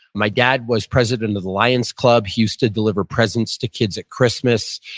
my dad was president of the lions club. he used to deliver presents to kids at christmas,